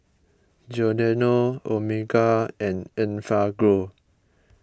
Giordano Omega and Enfagrow